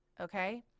okay